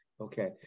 Okay